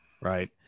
Right